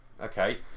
Okay